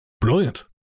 Brilliant